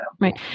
Right